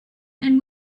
and